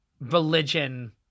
religion